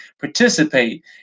participate